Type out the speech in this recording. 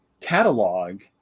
catalog